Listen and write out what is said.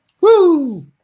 Woo